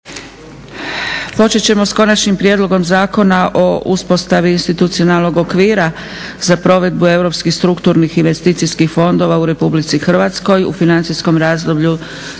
po redu. Konačni prijedlog zakona o uspostavi institucionalnog okvira za provedbu europskih strukturnih i investicijskih fondova u Republici Hrvatskoj u financijskom razdoblju